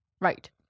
right